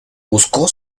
buscó